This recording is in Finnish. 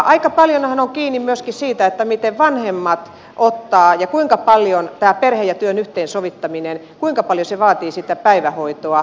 aika paljonhan on kiinni myöskin siitä miten vanhemmat ottavat asian ja kuinka paljon perheen ja työn yhteensovittaminen vaatii sitä päivähoitoa